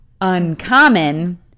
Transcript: uncommon